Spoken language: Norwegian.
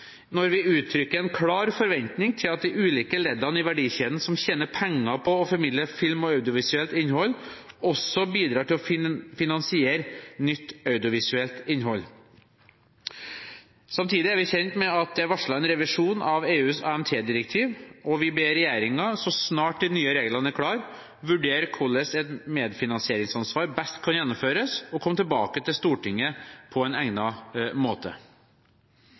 når vi uttrykker en klar forventning til at de ulike leddene i verdikjeden som tjener penger på å formidle film og audiovisuelt innhold, også bidrar til å finansiere nytt audiovisuelt innhold. Samtidig er vi kjent med at det er varslet en revisjon av EUs AMT-direktiv, og vi ber regjeringen så snart de nye reglene er klare, vurdere hvordan et medfinansieringsansvar best kan gjennomføres, og komme tilbake til Stortinget med det på egnet måte.